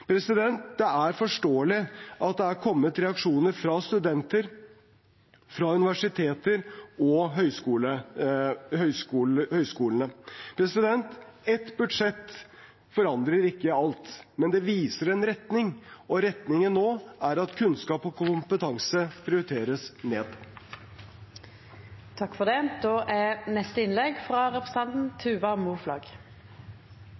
Det er forståelig at det er kommet reaksjoner fra studenter, fra universiteter og fra høyskoler. Ett budsjett forandrer ikke alt, men det viser en retning, og retningen nå er at kunnskap og kompetanse prioriteres ned.